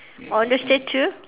on the statue